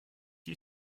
you